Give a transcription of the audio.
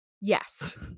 Yes